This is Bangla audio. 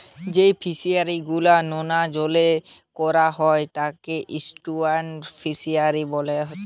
যেই ফিশারি গুলা নোনা জলে কোরা হয় তাকে এস্টুয়ারই ফিসারী বোলছে